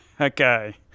Okay